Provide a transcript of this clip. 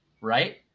right